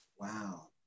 wow